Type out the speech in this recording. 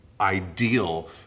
ideal